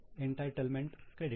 entitlement credit